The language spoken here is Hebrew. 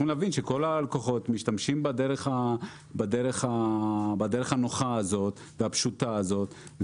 להבין שכל הלקוחות משתמשים בדרך הנוחה הזאת והפשוטה הזאת.